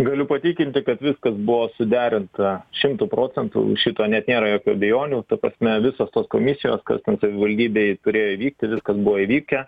galiu patikinti kad viskas buvo suderinta šimtu procentų šito net nėra jokių abejonių ta prasme visos tos komisijos kas savivaldybėj turėjo įvykti viskas buvo įvykę